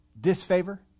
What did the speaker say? disfavor